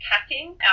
capping